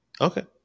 Okay